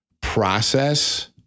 process